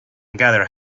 gather